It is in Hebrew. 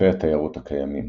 ענפי התיירות הקיימים